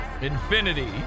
Infinity